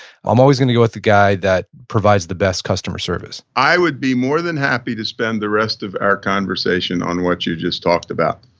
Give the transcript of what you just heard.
i'm always gonna go with the guy that provides the best customer service i would be more than happy to spend the rest of our conversation on what you just talked about.